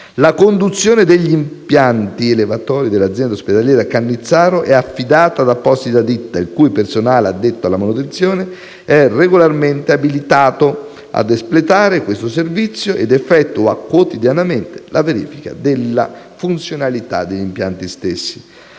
la conduzione degli impianti elevatori dell'azienda ospedaliera Cannizzaro è affidata ad apposita ditta, il cui personale addetto alla manutenzione è regolarmente abilitato ad espletare questo servizio ed effettua quotidianamente la verifica della funzionalità degli impianti stessi.